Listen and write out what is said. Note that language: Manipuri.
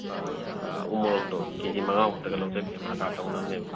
ꯎ ꯃꯣꯔꯣꯛꯇꯣ ꯀꯦꯖꯤ ꯃꯉꯥ ꯃꯨꯛꯇꯒ ꯂꯧꯖꯒꯦꯕ ꯑꯆꯥꯔ ꯇꯧꯅꯕꯅꯦꯕ